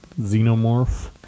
Xenomorph